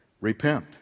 repent